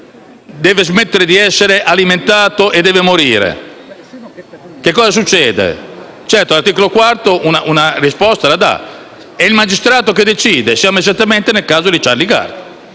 deve smettere di essere alimentato e deve morire? Che cosa succede? L'articolo 4 una risposta la dà: è il magistrato che decide. È esattamente il caso di Charlie Gard,